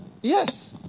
Yes